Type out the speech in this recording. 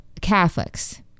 catholics